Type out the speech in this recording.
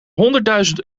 honderdduizend